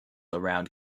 around